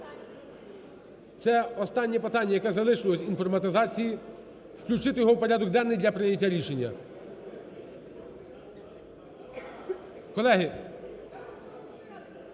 Це останнє питання, яке залишилось, інформатизації, включити його в порядок денний для прийняття рішення.